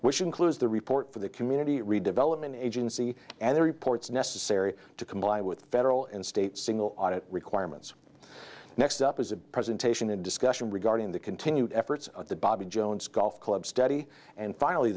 which includes the report for the community redevelopment agency and the reports necessary to comply with federal and state single audit requirements next up as a presentation a discussion regarding the continued efforts of the bobby jones golf club study and finally